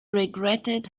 regretted